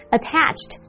Attached